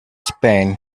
spain